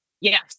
Yes